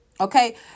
Okay